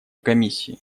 комиссии